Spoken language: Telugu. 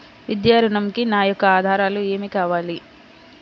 విద్యా ఋణంకి నా యొక్క ఆధారాలు ఏమి కావాలి?